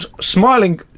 smiling